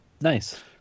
nice